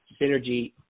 synergy